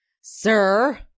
sir